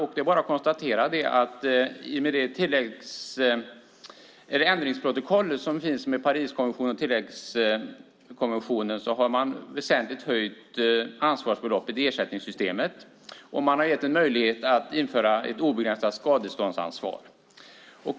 Det är bara att konstatera att i och med ändringsprotokollet till Paris och tilläggskonventionerna har man väsentligt höjt ansvarsbeloppet i ersättningssystemet och gett en möjlighet att införa ett obegränsat skadeståndsansvar.